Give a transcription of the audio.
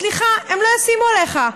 סליחה, הם לא "ישימו עליך".